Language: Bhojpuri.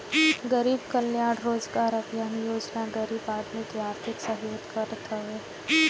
गरीब कल्याण रोजगार अभियान योजना गरीब आदमी के आर्थिक सहयोग करत हवे